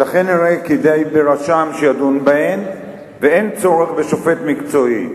ולכן די שרשם ידון בהן, ואין צורך בשופט מקצועי.